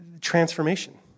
Transformation